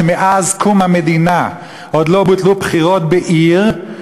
שמאז קום המדינה עוד לא בוטלו בחירות בעיר,